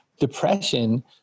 Depression